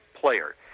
player